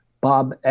Bob